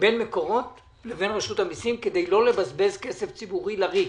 בין מקורות לבין רשות המיסים כדי לא לבזבז כסף ציבורי לריק.